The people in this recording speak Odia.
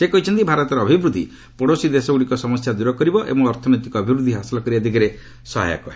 ସେ କହିଛନ୍ତି ଭାରତର ଅଭିବୃଦ୍ଧି ପଡୋଶୀ ଦେଶଗୁଡ଼ିକ ସମସ୍ୟା ଦୂର କରିବ ଏବଂ ଅର୍ଥନୈତିକ ଅଭିବୃଦ୍ଧି ହାସଲ କରିବା ଦିଗରେ ସହାୟକ ହେବ